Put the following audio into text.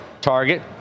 Target